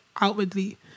outwardly